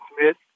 Smith